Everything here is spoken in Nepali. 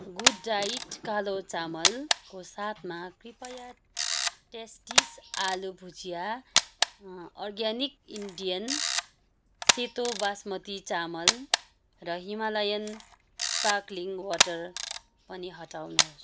गुड डायट कालो चामलको साथमा कृपया टेस्टिज आलु भुजिया अर्ग्यानिक इन्डियन सेतो बासमती चामल र हिमालयन स्पार्कलिङ वाटर पनि हटाउनुहोस्